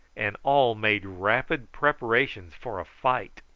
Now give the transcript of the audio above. and all made rapid preparations for a fight.